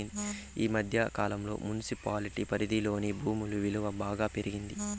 ఈ మధ్య కాలంలో మున్సిపాలిటీ పరిధిలోని భూముల విలువ బాగా పెరిగింది